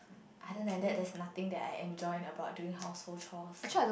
other than that there is nothing that I enjoy about during household chores